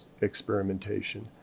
experimentation